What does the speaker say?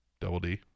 Double-D